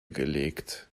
gelegt